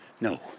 no